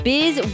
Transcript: Biz